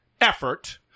effort